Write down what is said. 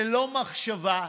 ללא מחשבה,